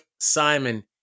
Simon